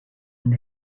and